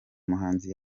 muhanzi